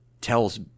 tells